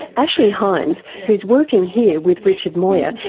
ashley hines, who's working here with richard moir,